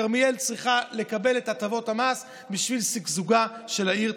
כרמיאל צריכה לקבל את הטבות המס בשביל שגשוגה של העיר.